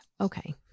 Okay